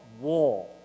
war